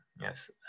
yes